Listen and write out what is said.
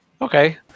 Okay